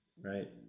right